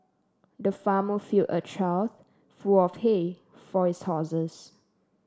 the farmer filled a trough full of hay for his horses